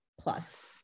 plus